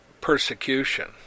persecution